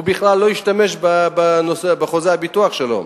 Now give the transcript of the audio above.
הוא בכלל לא השתמש בחוזה הביטוח שלו,